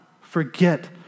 forget